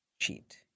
cheat